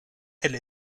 elle